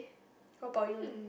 how about you